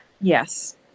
Yes